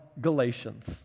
Galatians